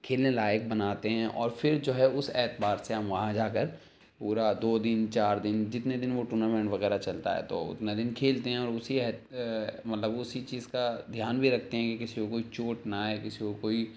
کھیلنے لائق بناتے ہیں اور پھر جو ہے اس اعتبار سے ہم وہاں جا كر پورا دو دن چار دن جتنے دن وہ ٹورنامنٹ وغیرہ چلتا ہے تو اتنا دن کھیلتے ہیں اور اسی مطلب اسی چیز كا دھیان بھی رکھتے ہیں کہ کسی کو کوئی چوٹ نہ آئے کسی کو کوئی